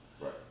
Right